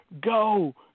go